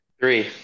Three